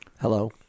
Hello